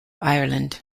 ireland